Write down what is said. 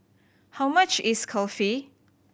how much is Kulfi